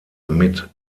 mit